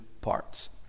parts